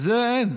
זה, אין.